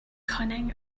cunning